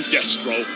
Destro